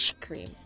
cream